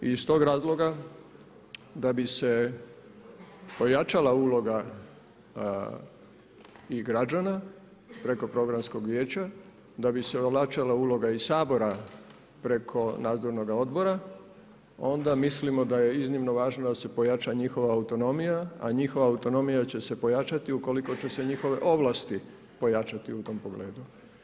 I iz tog razloga da bi se pojačala uloga i građana preko programskog vijeća, da bi se ojačala uloga i Sabora preko nadzornoga odbora, onda mislimo da je iznimno važno da se pojača njihova autonomija, a njihova autonomija će se pojačati, ukoliko će se njihove ovlasti pojačati u tom pogledu.